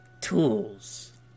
tools